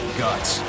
guts